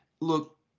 Look